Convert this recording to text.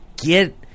get